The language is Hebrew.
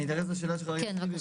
אני אענה לשאלה של חבר הכנסת טיבי.